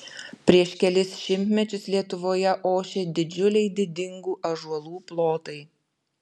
prieš kelis šimtmečius lietuvoje ošė didžiuliai didingų ąžuolų plotai